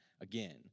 again